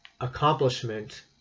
accomplishment